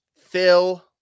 Phil